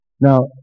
Now